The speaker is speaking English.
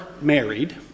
married